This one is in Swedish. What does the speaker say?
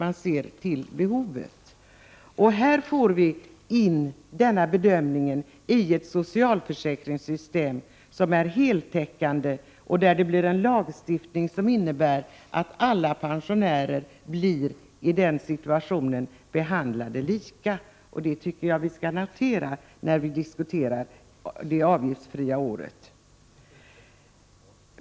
Med det nya förslaget får vi in denna bedömning i ett socialförsäk ringssystem som är heltäckande. Systemet kommer att innebära att alla pensionärer i denna situation blir behandlade lika. Det tycker jag vi skall notera när vi diskuterar det avgiftsfria året.